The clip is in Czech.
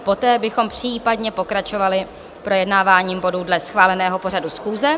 Poté bychom případně pokračovali v projednávání bodů dle schváleného pořadu schůze.